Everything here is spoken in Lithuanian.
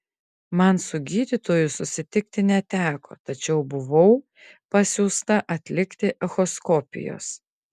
man su gydytoju susitikti neteko tačiau buvau pasiųsta atlikti echoskopijos